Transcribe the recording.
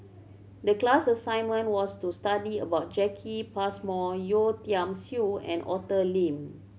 the class assignment was to study about Jacki Passmore Yeo Tiam Siew and Arthur Lim